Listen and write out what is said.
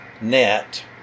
net